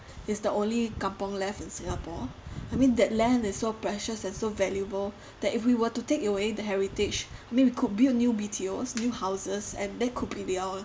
it's the only kampung left in singapore I mean that land is so precious and so valuable that if we were to take away the heritage we could build new B_T_Os new houses and that could be our